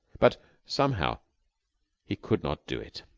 but somehow he could not do it.